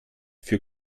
für